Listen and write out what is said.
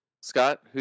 Scott